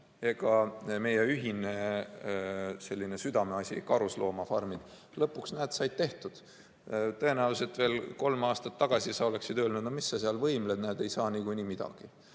siis meie ühine südameasi ehk karusloomafarmid lõpuks, näed, sai tehtud. Tõenäoliselt veel kolm aastat tagasi sa oleksid öelnud, et mis sa seal võimled, näed ju, et ei saa niikuinii midagi.